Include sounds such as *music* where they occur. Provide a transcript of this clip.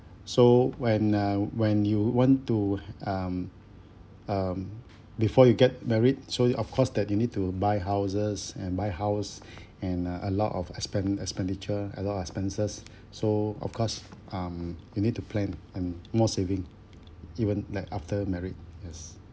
so when uh when you want to um um before you get married so you of course that you need to buy houses and buy house *breath* and uh a lot of expend~ expenditure a lot of expenses *breath* so of course um you need to plan and more saving even like after married yes